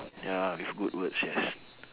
ya with good words yes